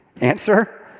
Answer